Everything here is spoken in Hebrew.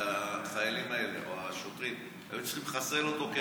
החיילים האלה או השוטרים היו צריכים לחסל אותו?